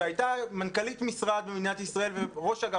שהייתה מנכ"לית משרד במדינת ישראל וראש אגף,